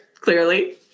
clearly